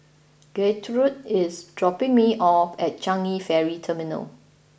Gertrude is dropping me off at Changi Ferry Terminal